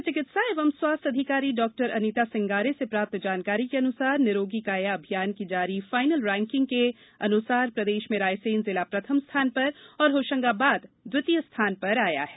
मुख्य चिकित्सा एवं स्वास्थ्य अधिकारी डॉ अनिता सिंगारे से प्राप्त जानकारी के अनुसार निरोगी काया अभियान की जारी फायनल रेंकिंग के अनुसार प्रदेश में रायसेन जिला प्रथम स्थान पर होशंगाबाद द्वितीय स्थान पर आया है